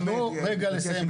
רגע לסיים,